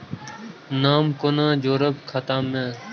नाम कोना जोरब खाता मे